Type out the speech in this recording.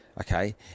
Okay